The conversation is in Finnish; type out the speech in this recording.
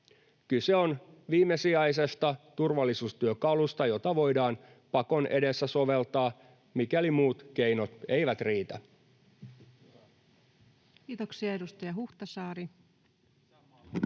Kyse on viimesijaisesta turvallisuustyökalusta, jota voidaan pakon edessä soveltaa, mikäli muut keinot eivät riitä. Kiitoksia. — Edustaja Huhtasaari. Arvoisa